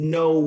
no